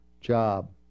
job